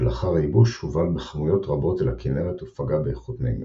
שלאחר הייבוש הובל בכמויות רבות אל הכנרת ופגע באיכות מימיה.